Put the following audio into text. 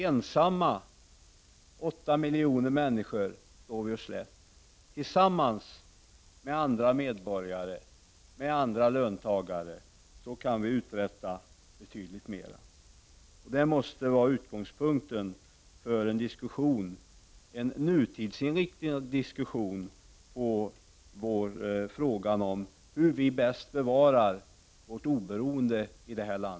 Ensamma, 8 miljoner människor, står vi oss slätt. Tillsammans med andra medborgare och med andra löntagare kan vi uträtta betydligt mera. Detta måste vara utgångspunkten för en nutidsinriktad diskussion när det gäller hur vi bäst bevarar vårt oberoende.